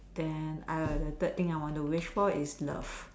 then I the third thing I want to wish for is love